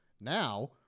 Now